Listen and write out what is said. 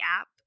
app